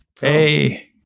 Hey